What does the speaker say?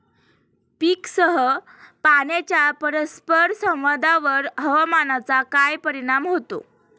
पीकसह पाण्याच्या परस्पर संवादावर हवामानाचा काय परिणाम होतो?